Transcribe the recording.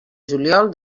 juliol